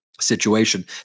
situation